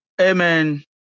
Amen